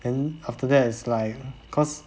then after that is like cause